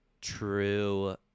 true